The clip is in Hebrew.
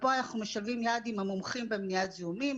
ופה אנחנו משלבים יד עם המומחים למניעת זיהומים,